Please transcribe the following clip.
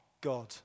God